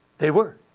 they were.